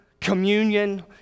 communion